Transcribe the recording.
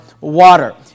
water